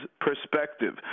perspective